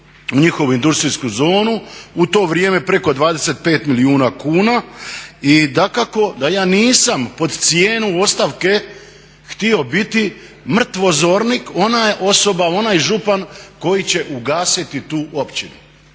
njihovu industrijsku zonu, u to vrijeme preko 25 milijuna kuna. I dakako da ja nisam pod cijenu ostavke htio biti mrtvozornik, ona osoba, onaj župan koji će ugasiti tu općinu.